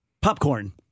Popcorn